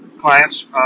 clients